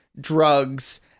drugs